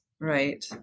Right